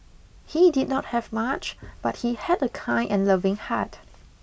he did not have much but he had a kind and loving heart